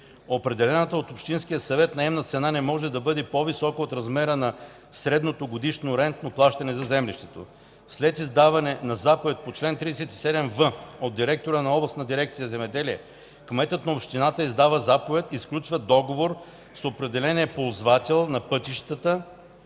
Определената от общинския съвет наемна цена не може да бъде по-висока от размера на средното годишно рентно плащане за землището. След издаване на заповедта по чл. 37в от директора на областната дирекция „Земеделие”, кметът на общината издава заповед и сключва договор с определения ползвател на пътищата.